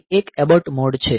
પછી એક abort mode છે